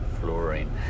fluorine